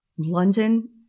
London